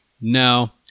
No